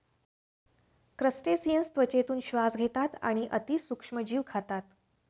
crustaceans त्वचेतून श्वास घेतात आणि अतिशय सूक्ष्म जीव खातात